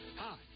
Hi